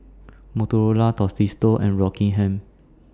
Motorola Tostitos and Rockingham